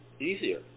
easier